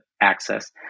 access